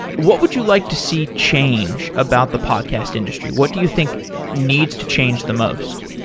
what would you like to see change about the podcast industry what do you think needs to change the most?